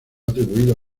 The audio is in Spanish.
atribuido